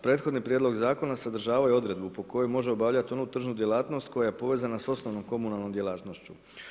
Prethodni prijedlog zakona, sadržavaju odredbu po kojemu može obavljati onu tržnu djelatnost, koja je povezana sa osnovnom komunalnom djelatnošću.